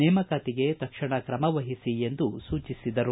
ನೇಮಕಾತಿಗೆ ತಕ್ಷಣ ಕ್ರಮವಹಿಸಿ ಎಂದು ಸೂಚಿಸಿದರು